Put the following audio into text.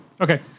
okay